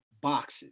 boxes